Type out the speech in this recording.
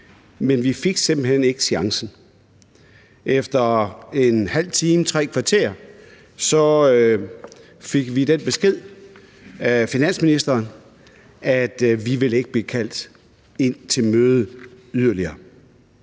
men vi fik simpelt hen ikke chancen. Efter en halv time, tre kvarter, fik vi den besked af finansministeren, at vi ikke yderligere ville blive kaldt ind til møde. Vi blev